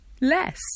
less